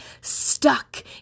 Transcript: stuck